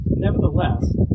Nevertheless